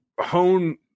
hone